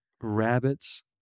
rabbits